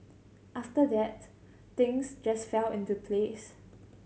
after that things just fell into place